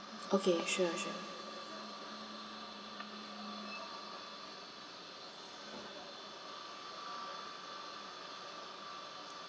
okay sure sure